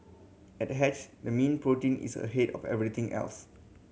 at Hatched the mean protein is ahead of everything else